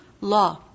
law